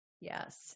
Yes